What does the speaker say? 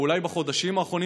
או אולי בחודשים האחרונים,